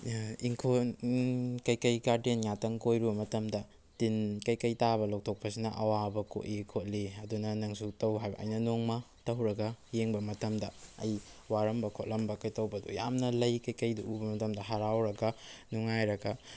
ꯏꯪꯈꯣꯜ ꯀꯩꯀꯩ ꯒꯥꯔꯗꯦꯟ ꯉꯥꯛꯇꯪ ꯀꯣꯏꯔꯨꯕ ꯃꯇꯝꯗ ꯇꯤꯟ ꯀꯩꯀꯩ ꯇꯥꯕ ꯂꯧꯊꯣꯛꯄꯁꯤꯅ ꯑꯋꯥꯕ ꯀꯣꯛꯏ ꯈꯣꯠꯂꯤ ꯑꯗꯨꯅ ꯅꯪꯁꯨ ꯇꯧ ꯍꯥꯏꯕ ꯑꯩꯅ ꯅꯣꯡꯃ ꯇꯧꯔꯒ ꯌꯦꯡꯕ ꯃꯇꯝꯗ ꯑꯩ ꯋꯥꯔꯝꯕ ꯈꯣꯠꯂꯝꯕ ꯀꯩꯇꯧꯕꯗꯣ ꯌꯥꯝꯅ ꯂꯩ ꯀꯩꯀꯩꯗꯣ ꯎꯕ ꯃꯇꯝꯗ ꯍꯔꯥꯎꯔꯒ ꯅꯨꯡꯉꯥꯏꯔꯒ